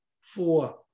Four